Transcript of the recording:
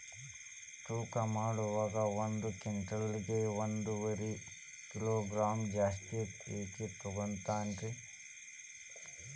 ತೂಕಮಾಡುವಾಗ ಒಂದು ಕ್ವಿಂಟಾಲ್ ಗೆ ಒಂದುವರಿ ಕಿಲೋಗ್ರಾಂ ಜಾಸ್ತಿ ಯಾಕ ತೂಗ್ತಾನ ರೇ?